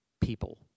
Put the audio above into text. people